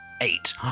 eight